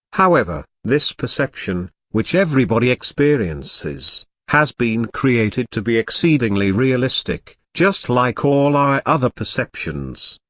however, this perception, which everybody experiences, has been created to be exceedingly realistic, just like all our other perceptions.